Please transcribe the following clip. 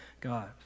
God